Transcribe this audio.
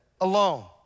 alone